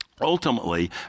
ultimately